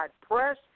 Press